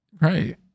Right